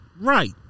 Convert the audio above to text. Right